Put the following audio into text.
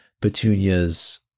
Petunia's